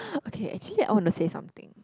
okay actually I want to say something